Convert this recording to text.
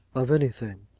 of any thing.